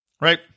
Right